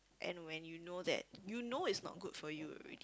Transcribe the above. and when you know that you know it's not good for you already